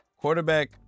quarterback